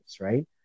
right